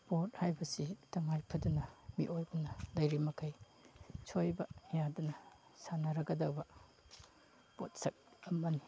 sport ꯍꯥꯏꯕꯁꯤ ꯇꯉꯥꯏ ꯐꯗꯅ ꯃꯤꯑꯣꯏꯕꯅ ꯂꯩꯔꯤ ꯃꯈꯩ ꯁꯣꯏꯕ ꯌꯥꯗꯅ ꯁꯥꯟꯅꯔꯒꯗꯕ ꯄꯣꯠꯁꯛ ꯑꯃꯅꯤ